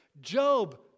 Job